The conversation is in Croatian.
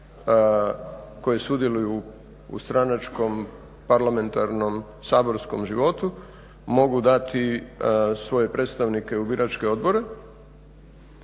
koje sudjeluju u stranačkom parlamentarnom saborskom životu, mogu dati svoje predstavnike u biračke odbore,